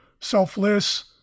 selfless